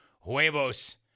Huevos